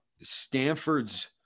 Stanford's